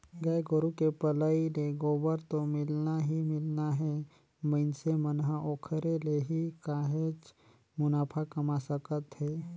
गाय गोरु के पलई ले गोबर तो मिलना ही मिलना हे मइनसे मन ह ओखरे ले ही काहेच मुनाफा कमा सकत हे